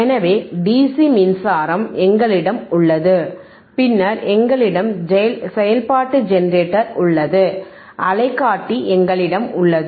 எனவே டிசி மின்சாரம் எங்களிடம் உள்ளது பின்னர் எங்களிடம் செயல்பாட்டு ஜெனரேட்டர் உள்ளது அலைக்காட்டி எங்களிடம் உள்ளது